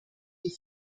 die